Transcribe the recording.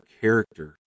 character